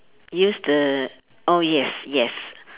use the oh yes yes